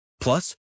Plus